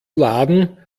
laden